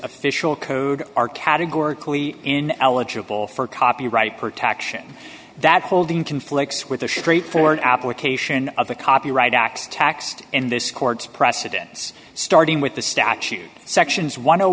official code are categorically in eligible for copyright protection that holding conflicts with the straightforward application of the copyright act taxed and this court's precedents starting with the statute sections one